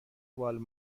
وال